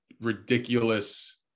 ridiculous